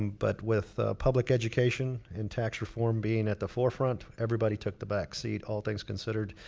but, with public education and tax reform being at the forefront, everybody took the backseat. all things considered,